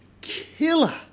Killer